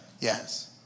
Yes